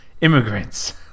immigrants